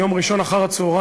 ביום ראשון אחר-הצהריים,